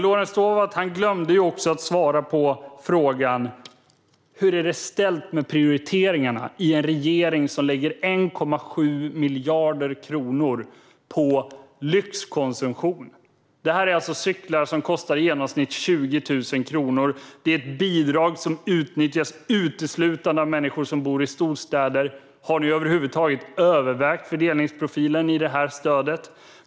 Lorentz Tovatt glömde också att svara på frågan: Hur är det ställt med prioriteringarna i en regering som lägger 1,7 miljarder kronor på lyxkonsumtion? Det är cyklar som i genomsnitt kostar 20 000 kronor. Det är ett bidrag som utnyttjas uteslutande av människor som bor i storstäder. Har ni över huvud taget övervägt fördelningsprofilen i stödet?